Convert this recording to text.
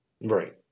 Right